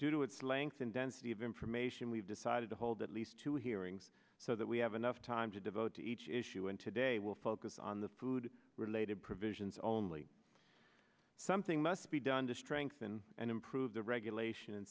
due to its length and density of information we've decided to hold at least two hearings so that we have enough time to devote to each issue and today will focus on the food related provisions only something must be done to strengthen and improve the regulation and